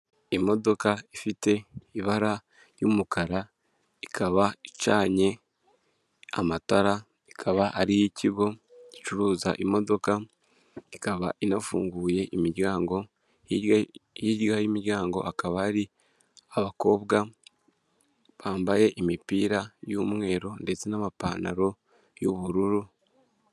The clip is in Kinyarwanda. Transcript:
Imodoka ifite ibara ry'umukara, ikaba icanye amatara, ikaba ari iy'ikigo gicuruza imodoka, ikaba inafunguye imiryango, hirya y'imiryango akaba ari abakobwa bambaye imipira y'umweru ndetse n'amapantaro y'ubururu.